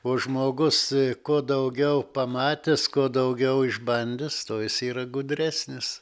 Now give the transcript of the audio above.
o žmogus kuo daugiau pamatęs kuo daugiau išbandęs tuo jis yra gudresnis